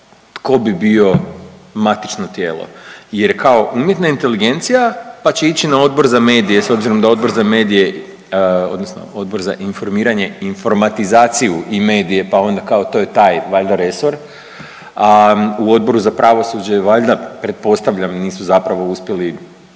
tko bi bio matično tijelo jer kao umjetna inteligencija pa će ići na Odbor za medije s obzirom da Odbor za medije odnosno Odbor za informiranje, informatizaciju i medije pa onda kao to je taj valjda resor, a u Odboru za pravosuđe valjda pretpostavljam nisu zapravo uspjeli